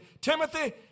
Timothy